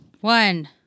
One